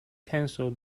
cancel